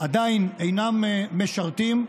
עדיין אינם משרתים,